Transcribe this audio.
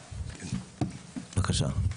בבקשה.